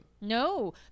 No